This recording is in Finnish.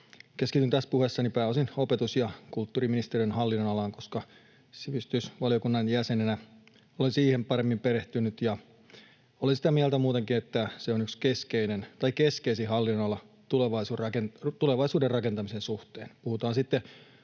Keskityn tässä puheessani pääosin opetus‑ ja kulttuuriministeriön hallinnonalaan, koska sivistysvaliokunnan jäsenenä olen siihen paremmin perehtynyt ja olen sitä mieltä muutenkin, että se on yksi keskeinen tai keskeisin hallinnonala tulevaisuuden rakentamisen suhteen,